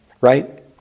right